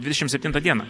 dvidešimt septintą dieną